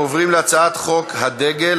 אנחנו עוברים להצעת חוק הדגל,